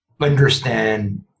understand